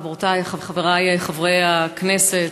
חברותי וחברי חברי הכנסת,